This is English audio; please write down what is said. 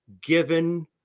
given